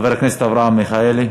חבר הכנסת אברהם מיכאלי.